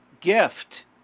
gift